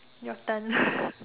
your turn